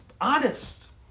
honest